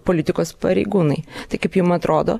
politikos pareigūnai tai kaip jum atrodo